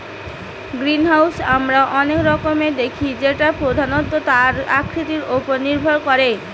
greenhouse আমরা অনেক রকমের দেখি যেটা প্রধানত তার আকৃতি উপর নির্ভর করে